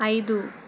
ఐదు